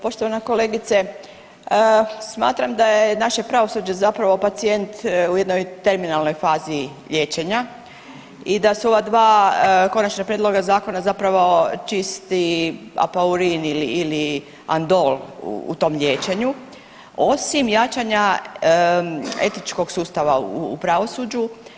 Poštovana kolegice smatram da je naše pravosuđe zapravo pacijent u jednoj terminalnoj fazi liječenja i da su ova dva konačna prijedloga zakona zapravo čisti apaurin ili andol u tom liječenju osim jačanja etičkog sustava u pravosuđu.